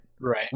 right